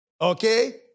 Okay